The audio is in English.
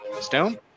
Stone